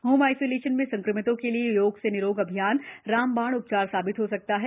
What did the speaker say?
home isolation में संक्रमितों के लिए योग से निरोग अभियान रामबाण उपचार साबित हो सकता है